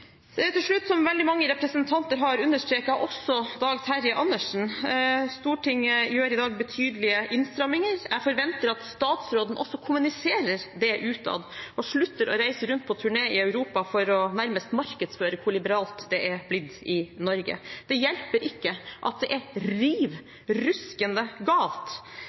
Til slutt: Som veldig mange representanter har understreket, også Dag Terje Andersen: Stortinget gjør i dag betydelige innstramninger. Jeg forventer at statsråden kommuniserer det også utad – og slutter å reise rundt på turné i Europa for nærmest å markedsføre hvor liberalt det er blitt i Norge. Det hjelper ikke at det er riv ruskende galt,